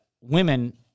women